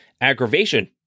aggravation